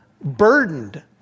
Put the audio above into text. burdened